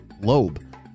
lobe